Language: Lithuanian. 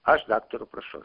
aš daktaro prašau